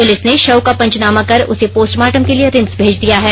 police ने शव का पंचनामा कर उसे पोस्टमार्टम के लिए रिम्स भेज दिया है